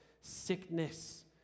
sickness